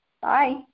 bye